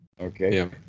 Okay